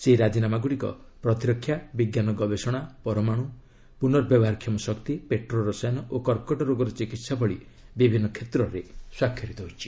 ସେହି ରାଜିନାମାଗୁଡ଼ିକ ପ୍ରତିରକ୍ଷା ବିଞ୍ଜାନ ଗବେଷଣା ପରମାଣୁ ପୁନର୍ବ୍ୟବହାରକ୍ଷମ ଶକ୍ତି ପେଟ୍ରୋ ରସାୟନ ଓ କର୍କଟ ରୋଗର ଚିକିତ୍ସା ଭଳି ବିଭିନ୍ନ କ୍ଷେତ୍ରରେ ସ୍ନାକ୍ଷରିତ ହୋଇଛି